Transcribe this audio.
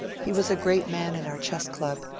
he was a great man in our chess club,